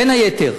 בין היתר.